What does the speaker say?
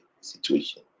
situation